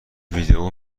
ویدئو